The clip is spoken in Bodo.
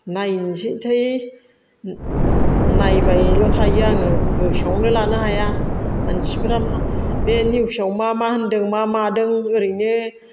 नायनोसै नायबायल' थायो आङो गोसोआवनो लानो हाया मानसिफोरा बे निउसआव मा मा होनदों मा मादों ओरैनो